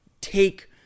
take